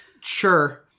Sure